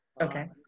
Okay